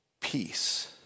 peace